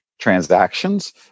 transactions